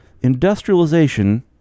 industrialization